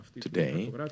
today